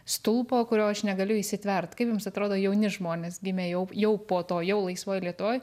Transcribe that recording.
stulpo kurio aš negaliu įsitvert kaip jums atrodo jauni žmonės gimę jau jau po to jau laisvoj lietuvoj